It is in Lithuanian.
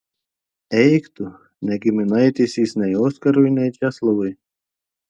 eik tu ne giminaitis jis nei oskarui nei česlovui